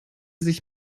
sich